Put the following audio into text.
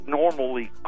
normally